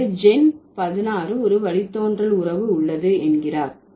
எனவே ஜென் 16 ஒரு வழித்தோன்றல் உறவு உள்ளது என்கிறார்